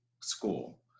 school